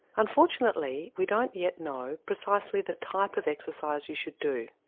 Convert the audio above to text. unfortunately we don't yet know precisely the type of exercise you should do.